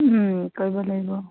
কৰিব লাগিব